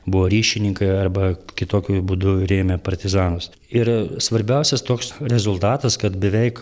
buvo ryšininkai arba kitokiu būdu rėmė partizanus ir svarbiausias toks rezultatas kad beveik